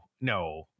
no